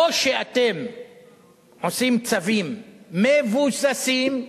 או שאתם מוציאים צווים מבוססים,